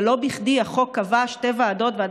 ולא בכדי החוק קבע שתי ועדות שיכולות לקום בזמן הזה,